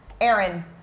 Aaron